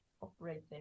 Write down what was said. operating